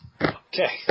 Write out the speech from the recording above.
Okay